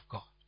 God